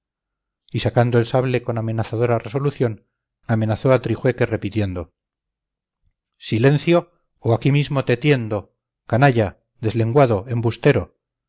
y sacando el sable con amenazadora resolución amenazó a trijueque repitiendo silencio o aquí mismo te tiendo canalla deslenguado embustero